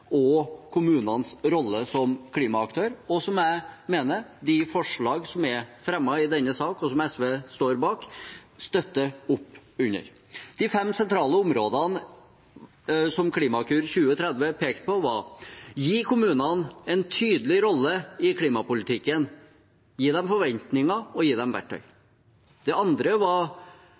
og kommunenes rolle som klimaaktør, og som jeg mener at de forslagene som er fremmet i denne saken, og som SV står bak, støtter opp under. De fem sentrale områdene som Klimakur 2030 pekte på, var: Gi kommunene en tydelig rolle i klimapolitikken. Gi dem forventninger og